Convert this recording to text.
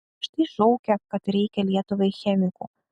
štai šaukia kad reikia lietuvai chemikų